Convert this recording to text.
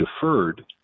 deferred